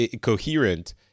coherent